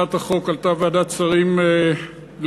הצעת החוק עלתה בוועדת השרים לענייני